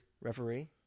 Referee